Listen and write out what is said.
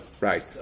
Right